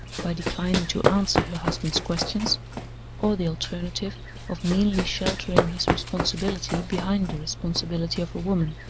by declining to answer her husband's questions or the alternative of meanly sheltering his responsibility behind the responsibility of a woman,